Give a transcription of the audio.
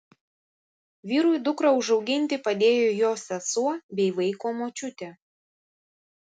vyrui dukrą užauginti padėjo jo sesuo bei vaiko močiutė